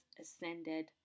ascended